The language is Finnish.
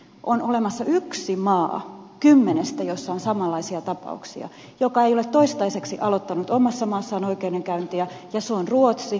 on olemassa yksi maa kymmenestä jossa on samanlaisia tapauksia joka ei ole toistaiseksi aloittanut omassa maassaan oikeudenkäyntiä ja se on ruotsi